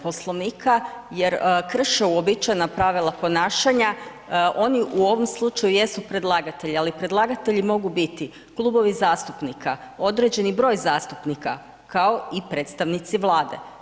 Poslovnika jer krše uobičajena pravila ponašanja, oni u ovom slučaju jesu predlagatelji ali predlagatelji mogu biti klubovi zastupnika, određeno broj zastupnika kao i predstavnici Vlade.